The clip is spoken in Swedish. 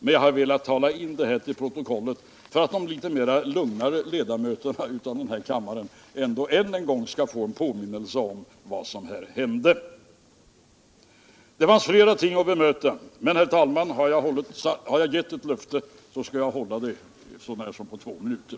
Men jag har velat tala in detta till protokollet för att de litet mer lugna ledamöterna av den här kammaren än en gång skall få en påminnelse om vad som hände. Det finns flera ting att bemöta. Men, herr talman, har jag gett ett löfte så skall jag hålla det — så när som på två minuter.